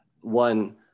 one